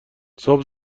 صبح